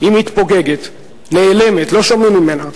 היא מתפוגגת, נעלמת, לא שומעים ממנה.